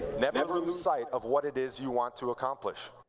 never lose sight of what it is you want to accomplish.